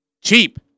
Cheap